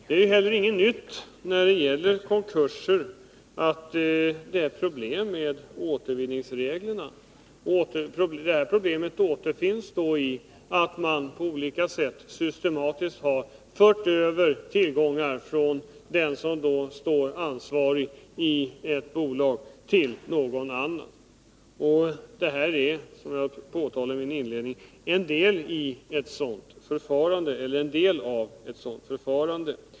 Det är heller inget nytt när det gäller konkurser att det är problem med återvinningsreglerna, och det problemet ligger i att tillgångar på olika sätt systematiskt har förts över från den som står som ansvarig i ett bolag till någon annan. Som jag påtalade i min inledning är det här utnyttjandet en del av ett sådant förfarande.